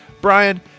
brian